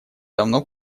давно